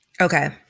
Okay